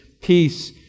peace